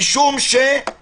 משום שהוא